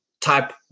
type